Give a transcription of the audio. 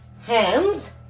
hands